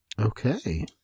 Okay